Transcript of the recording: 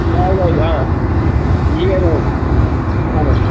ಹೌದೌದು ಹಾಂ ಈಗ ಹಾಂ